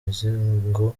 muzingo